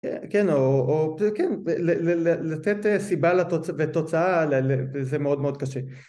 כן, לתת סיבה ותוצאה זה מאוד מאוד קשה